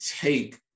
take